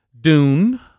Dune